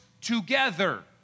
together